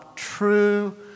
true